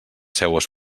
seues